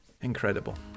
Incredible